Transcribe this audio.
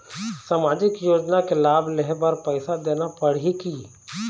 सामाजिक योजना के लाभ लेहे बर पैसा देना पड़ही की?